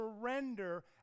surrender